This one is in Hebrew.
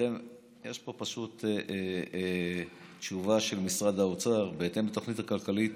יש פה פשוט תשובה של משרד האוצר: בהתאם לתוכנית הכלכלית,